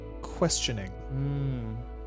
questioning